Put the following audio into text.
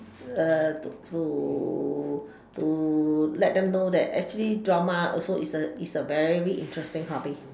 to to to let them know that actually drama also is a is a very interesting hobby